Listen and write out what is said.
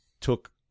took